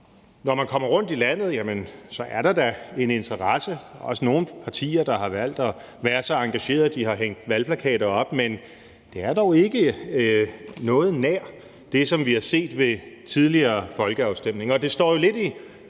Når man kommer rundt i landet, er der da en interesse, og der er også nogle partier, der har valgt at være så engageret, at de har hængt valgplakater op. Men det er dog ikke noget nær det, som vi har set ved tidligere folkeafstemninger.